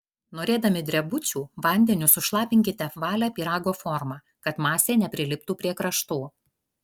norėdami drebučių vandeniu sušlapinkite apvalią pyrago formą kad masė nepriliptų prie kraštų